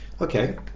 Okay